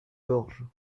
gorges